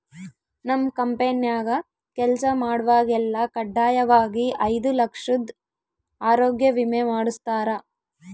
ನಮ್ ಕಂಪೆನ್ಯಾಗ ಕೆಲ್ಸ ಮಾಡ್ವಾಗೆಲ್ಲ ಖಡ್ಡಾಯಾಗಿ ಐದು ಲಕ್ಷುದ್ ಆರೋಗ್ಯ ವಿಮೆ ಮಾಡುಸ್ತಾರ